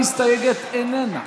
מאחר שהמסתייגת איננה